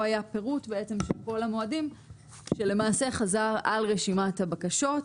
היה פירוט של כל המועדים שלמעשה חזר על רשימת הבקשות.